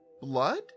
blood